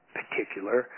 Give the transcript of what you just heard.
particular